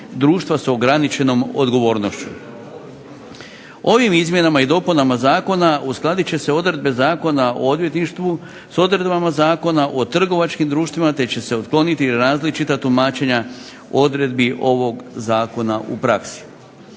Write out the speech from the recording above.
Ovim izmjenama i dopunama zakona uskladit će se odredbe Zakona o odvjetništvu s odredbama Zakona o trgovačkim društvima te će se otkloniti različita tumačenja odredbi ovog zakona u praksi.